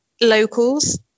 locals